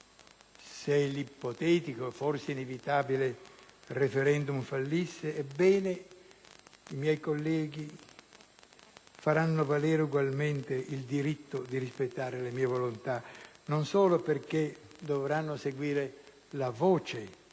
se l'ipotetico e forse inevitabile *referendum* fallisse, ebbene, i miei colleghi faranno valere ugualmente il diritto di rispettare le mie volontà, non solo perché dovranno seguire la voce